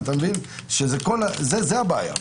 זה הבעיה.